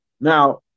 Now